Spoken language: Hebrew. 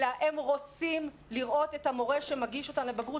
אלא הם רוצים לראות את המורה שמגיש אותם לבגרות.